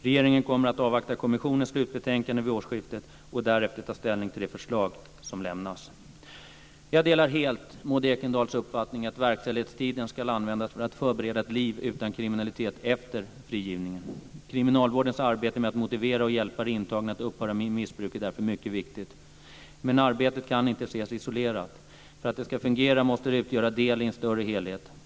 Regeringen kommer att avvakta kommissionens slutbetänkande vid årsskiftet och därefter ta ställning till de förslag som lämnas. Jag delar helt Maud Ekendahls uppfattning att verkställighetstiden ska användas för att förbereda ett liv utan kriminalitet efter frigivningen. Kriminalvårdens arbete med att motivera och hjälpa de intagna att upphöra med missbruk är därför mycket viktigt. Men arbetet kan inte ses isolerat. För att det ska fungera måste det utgöra en del i en större helhet.